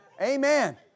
Amen